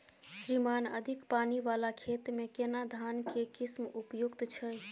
श्रीमान अधिक पानी वाला खेत में केना धान के किस्म उपयुक्त छैय?